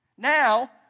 Now